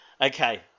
Okay